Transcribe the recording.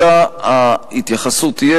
אלא ההתייחסות תהיה,